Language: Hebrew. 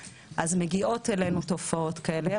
אז מגיעות אלינו תופעות כאלה.